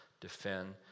Defend